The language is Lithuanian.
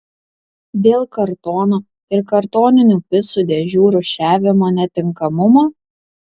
dėl kartono ir kartoninių picų dėžių rūšiavimo netinkamumo